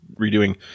redoing